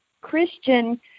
Christian